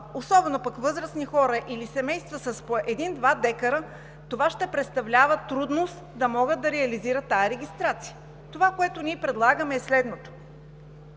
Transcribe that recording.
особено за възрастни хора или семейства с по един, два декара ще представлява трудност да могат да реализират тази регистрация. Ние предлагаме следното: